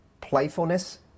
Playfulness